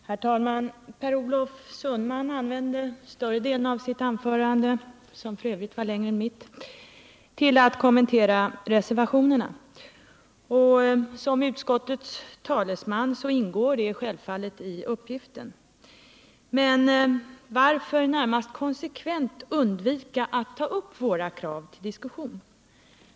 Herr talman! Per Olof Sundman använde större delen av sitt anförande, som f. ö. var längre än mitt, till att kommentera reservationerna. Det ingår självfallet i hans uppgift som utskottets talesman. Men varför närmast konsekvent undvika att ta upp våra krav till diskussion?